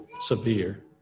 severe